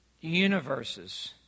universes